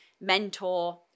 mentor